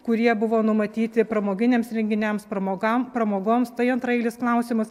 kurie buvo numatyti pramoginiams renginiams pramogam pramogoms tai antraeilis klausimas